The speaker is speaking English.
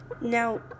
Now